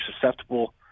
susceptible